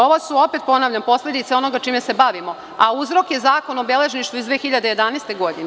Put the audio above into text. Ovo su, opet ponavljam, posledice onoga čime se bavimo, a uzrok je Zakon o beležništvu iz 2011. godine.